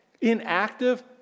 Inactive